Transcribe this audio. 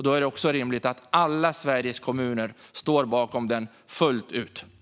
Då är det också rimligt att alla Sveriges kommuner står bakom den fullt ut.